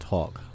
Talk），